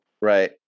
Right